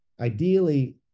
Ideally